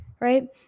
right